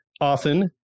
often